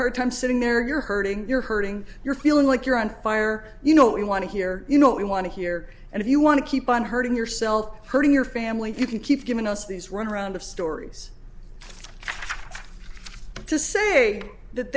hard time sitting there you're hurting you're hurting you're feeling like you're on fire you know we want to hear you know what we want to hear and if you want to keep on hurting yourself hurting your family if you keep giving us these run around of stories to say that